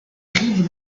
rive